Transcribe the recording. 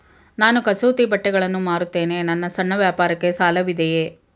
ನಾನು ಕಸೂತಿ ಬಟ್ಟೆಗಳನ್ನು ಮಾರುತ್ತೇನೆ ನನ್ನ ಸಣ್ಣ ವ್ಯಾಪಾರಕ್ಕೆ ಸಾಲವಿದೆಯೇ?